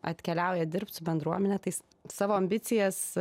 atkeliauja dirbt su bendruomene tai jis savo ambicijas